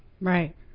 right